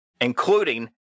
including